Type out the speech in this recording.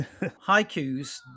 haikus